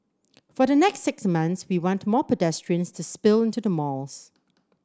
for the next six months we want more pedestrians to spill into the malls